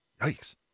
yikes